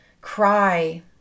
Cry